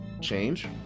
change